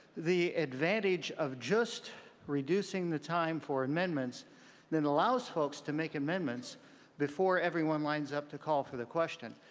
the advantage of just reducing the time for amendments then allows folks to make amendments before everyone lines up to call for the question